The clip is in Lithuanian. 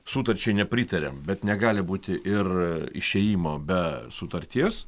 sutarčiai nepritariam bet negali būti ir išėjimo be sutarties